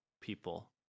people